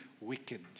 wicked